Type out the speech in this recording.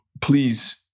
please